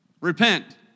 repent